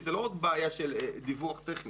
זו לא רק בעיה של דיווח טכני